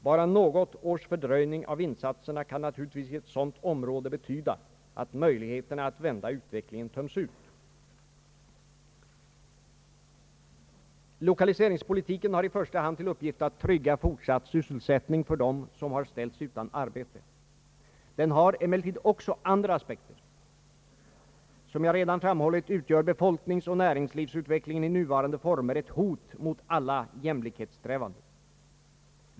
Bara något års fördröjning av insatserna kan naturligtvis i ett sådant område betyda att möjligheterna att vända utvecklingen töms ut. Lokaliseringspolitiken har i första hand till uppgift att trygga fortsatt sysselsättning för dem som ställs utan arbete. Den har emellertid också andra aspekter. Som jag redan framhållit utgör befolkningsoch näringslivsutvecklingen i nuvarande former ett hot mot alla jämlikhetssträvanden.